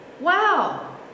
wow